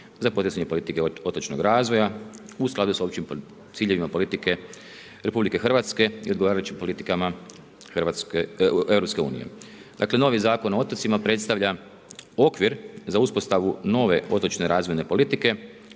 se ne razumije./… otočnog razvoja u skladu sa općim ciljevima politike RH i odgovarajućim politikama EU. Dakle novi Zakon o otocima predstavlja okvir za uspostavu nove otočne razvojne politike,